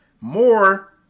more